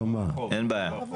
אין בעיה.